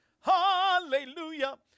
Hallelujah